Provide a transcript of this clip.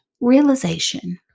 Realization